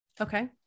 Okay